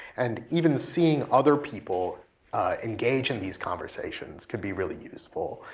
and even seeing other people engage in these conversations could be really useful.